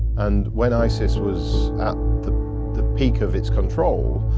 and when isis was at the the peak of its control,